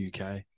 UK